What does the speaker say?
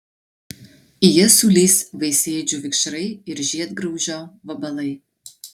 į jas sulįs vaisėdžių vikšrai ir žiedgraužio vabalai